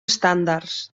estàndards